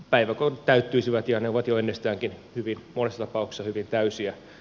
päiväkodit täyttyisivät ja ne ovat jo ennestäänkin hyvin monessa tapauksessa hyvin täysiä